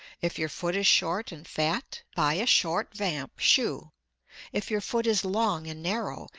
if your foot is short and fat, buy a short vamp shoe if your foot is long and narrow,